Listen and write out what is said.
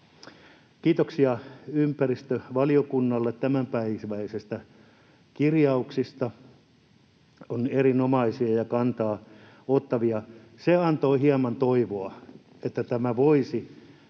Kiitoksia ympäristövaliokunnalle tämänpäiväisistä kirjauksista. Ne ovat erinomaisia ja kantaa ottavia. Se antoi hieman toivoa, että tämä voisi